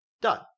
done